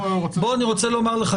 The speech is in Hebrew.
אני רוצה לומר לך,